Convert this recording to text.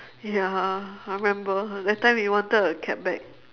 ya I remember that time we wanted a cab back